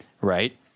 right